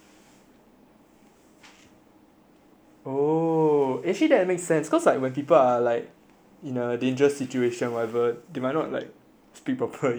oh actually that makes sense cause like when people are like in a dangerous situation whatever they might not like speak proper english lah I mean it makes sense [what]